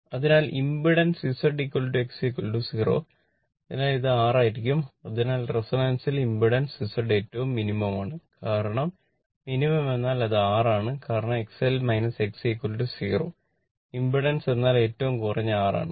അതിനാൽ ഇംപെഡൻസ് എന്നാൽ ഏറ്റവും കുറഞ്ഞ R ആണ്